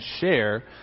share